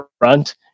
front